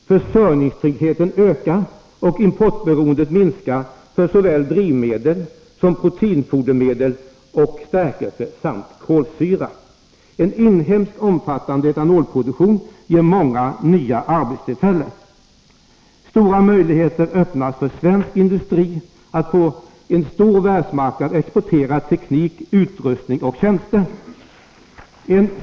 Försörjningstryggheten ökar och importberoendet minskar för såväl drivmedel som proteinfodermedel och stärkelse samt kolsyra. En inhemsk omfattande etanolproduktion ger många nya arbetstillfällen. Stora möjligheter öppnas för svensk industri att på en stor världsmarknad exportera teknik, utrustning och tjänster. Herr talman!